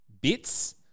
bits